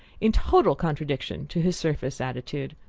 in total contradiction to his surface attitude.